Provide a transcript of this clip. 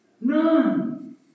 None